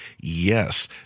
yes